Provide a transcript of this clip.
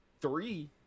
Three